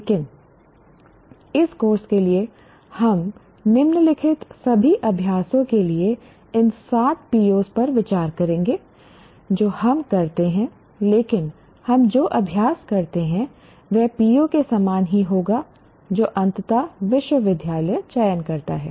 लेकिन इस कोर्स के लिए हम निम्नलिखित सभी अभ्यासों के लिए इन सात POs पर विचार करेंगे जो हम करते हैं लेकिन हम जो अभ्यास करते हैं वह PO के समान ही होगा जो अंततः विश्वविद्यालय चयन करता है